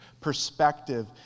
perspective